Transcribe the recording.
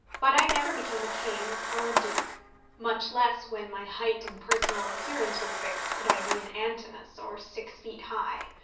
but i never became a king, or a duke much less when my height and personal appearance were fixed could i be an antinous, or six feet high.